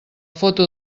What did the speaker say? foto